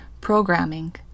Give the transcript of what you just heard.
programming